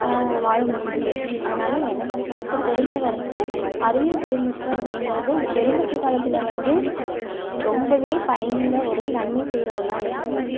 வாழ முடிஞ்சது அதனால் எனக்கு தெரிஞ்ச வரைக்கும் அறிவியல் தொழில் நுட்பம் அப்படிங்கிறது இந்த பெருந்தொற்று காலத்தில் வந்து ரொம்பவே பயனுள்ள ஒரு நன்மை செய்கிற ஒன்றா இருந்தது